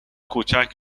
کوچک